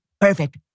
perfect